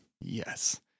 yes